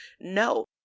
No